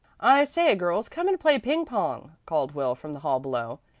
i say girls, come and play ping-pong, called will from the hall below,